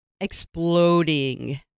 exploding